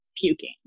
puking